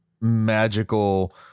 magical